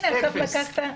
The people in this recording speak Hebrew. אפס.